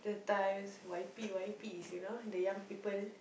the times Y_P Y_Ps you know the young people